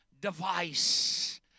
device